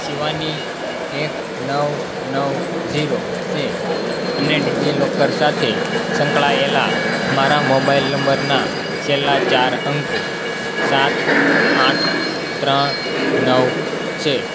શિવાની એક નવ નવ જીરો છે અને ડિજિલોકર સાથે સંકળાયેલા મારા મોબાઇલ નંબરના છેલ્લા ચાર અંકો સાત આઠ ત્રણ નવ છે